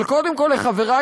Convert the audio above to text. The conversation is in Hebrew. אבל קודם כול לחברי